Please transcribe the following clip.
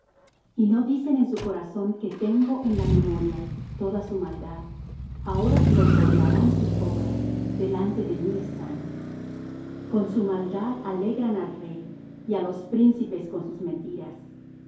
y no dicen en su corazón que tengo en la memoria toda su maldad ahora los rodearán sus obras delante de mí están con su maldad alegran al rey y á los príncipes con sus mentiras